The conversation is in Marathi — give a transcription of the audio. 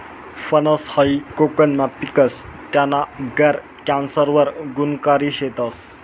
फनस हायी कोकनमा पिकस, त्याना गर कॅन्सर वर गुनकारी शेतस